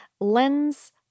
Lens